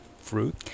fruit